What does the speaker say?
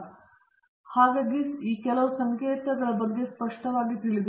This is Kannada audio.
ಆದ್ದರಿಂದ ದಯವಿಟ್ಟು ಸಂಕೇತದ ಬಗ್ಗೆ ಸ್ಪಷ್ಟವಾಗಿರಬೇಕು